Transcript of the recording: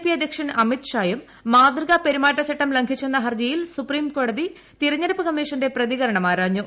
P അധ്യക്ഷൻ അമിത്ഷായും മാതൃകാ പെരുമാറ്റച്ചട്ടം ലംഘിച്ചെന്ന ഹർജിയിൽ സുപ്രീംകോടതി തെരഞ്ഞെടുപ്പ് കമ്മീഷന്റെ പ്രതികരണം ആരാഞ്ഞു